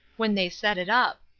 when they set it up.